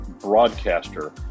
broadcaster